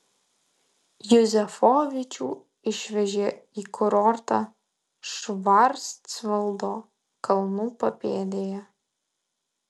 juzefovičių išvežė į kurortą švarcvaldo kalnų papėdėje